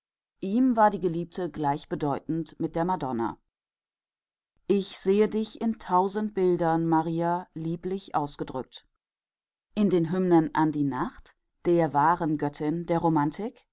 ihm war die geliebte gleichbedeutend mit der madonna ich sehe dich in tausend bildern maria lieblich ausgedrückt in den hymnen an die nacht der wahren göttin der romantik